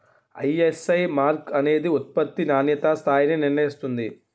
ISI mark అనేది ఉత్పత్తి నాణ్యతా స్థాయిని నిర్ణయిస్తుంది